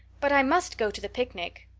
but i must go to the picnic.